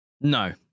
No